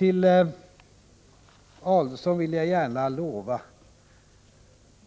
Jag vill gärna lova Adelsohn